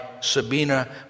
Sabina